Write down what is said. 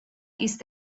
ist